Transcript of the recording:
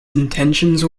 intentions